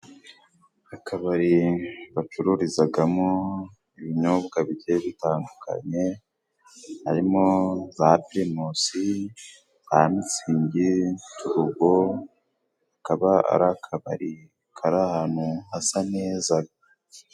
Akabari bacururizamo ibinyobwa bigiye bitandukanye, harimo za pirimusi, za mitsingi, turubo. Akaba ari akabari kari ahantu hasa neza.